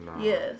yes